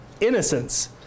innocence